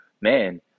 man